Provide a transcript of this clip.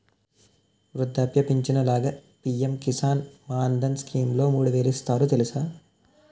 వృద్ధాప్య పించను లాగా పి.ఎం కిసాన్ మాన్ధన్ స్కీంలో మూడు వేలు ఇస్తారు తెలుసా?